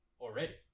already